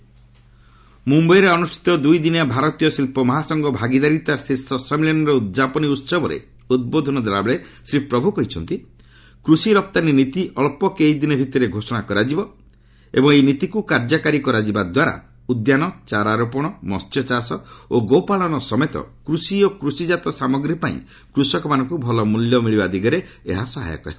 ମ୍ରମ୍ଭାଇରେ ଅନୃଷ୍ଠିତ ଦୂଇ ଦିନିଆ ଭାରତୀୟ ଶିଳ୍ପ ମହାସଂଘ ଭାଗିଦାରୀତା ଶୀର୍ଷ ସମ୍ମିଳନୀର ଉଦ୍ଯାପନୀ ଉସବରେ ଉଦ୍ବୋଧନ ଦେଲାବେଳେ ଶ୍ରୀ ପ୍ରଭୁ କହିଛନ୍ତି କୃଷି ରପ୍ତାନୀ ନୀତି ଅଞ୍ଚ କେଇ ଦିନ ଭିତରେ ଘୋଷଣା କରାଯିବ ଏବଂ ଏହି ନୀତିକୁ କାର୍ଯ୍ୟକାରି କରାଯିବା ଦ୍ୱାରା ଉଦ୍ୟାନ ଚାରା ରୋପଣ ମହ୍ୟଚାଷ ଓ ଗୋପାଳନ ସମେତ କୃଷି ଓ କୃଷିକାତ ସାମଗ୍ରୀ ପାଇଁ କୃଷକମାନଙ୍କୁ ଭଲ ମୂଲ୍ୟ ମିଳିବା ଦିଗରେ ଏହା ସହାୟକ ହେବ